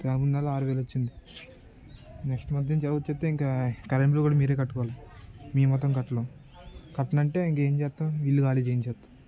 నెల ఆరువేల వచ్చింది నెక్స్ట్ మంత్ ఏలా వస్తుందో ఇంకా కరెంట్ బిల్ కూడా మీరే కట్టుకోవాలి మేము మాత్రం కట్టం కట్టను అంటే ఇంకేం చేస్తాం ఇల్లు ఖాళీ చేయిస్తాం